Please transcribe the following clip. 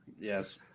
Yes